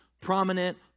prominent